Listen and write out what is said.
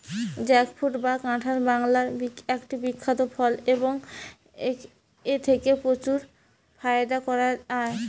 jackfruit বা কাঁঠাল বাংলার একটি বিখ্যাত ফল এবং এথেকে প্রচুর ফায়দা করা য়ায়